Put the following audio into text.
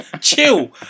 chill